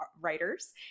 writers